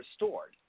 restored